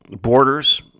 borders